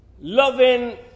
Loving